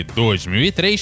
2003